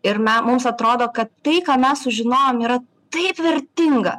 ir na mums atrodo kad tai ką mes sužinojom yra taip vertinga